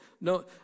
No